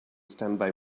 standby